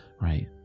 right